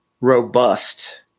robust